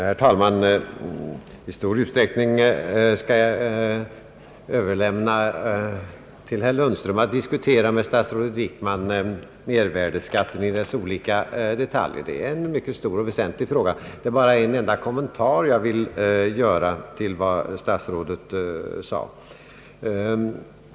Herr talman! I stor utsträckning skall jag överlämna åt herr Lundström att med statsrådet Wickman diskutera mervärdeskatten och dess olika detaljer. Det är en mycket stor och väsentlig fråga. Det är bara en enda kommentar som jag vill göra till vad statsrådet anförde.